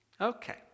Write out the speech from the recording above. Okay